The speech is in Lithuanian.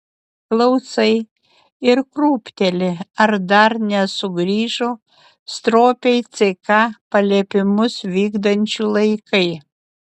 klausai ir krūpteli ar dar nesugrįžo stropiai ck paliepimus vykdančių laikai